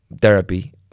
therapy